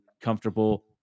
comfortable